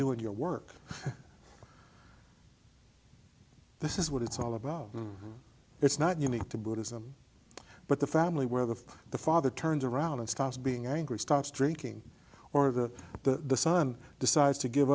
doing your work this is what it's all about it's not unique to buddhism but the family where the the father turns around and starts being angry starts drinking or that the son decides to give